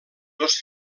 dos